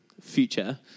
future